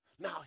Now